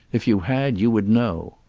if you had, you would know.